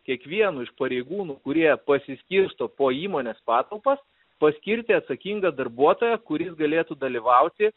kiekvienu iš pareigūnų kurie pasiskirsto po įmonės patalpas paskirti atsakingą darbuotoją kuris galėtų dalyvauti